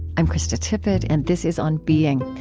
i'm krista tippett and this is on being.